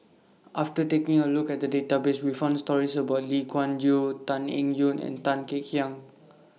after taking A Look At The Database We found stories about Lee Kuan Yew Tan Eng Yoon and Tan Kek Hiang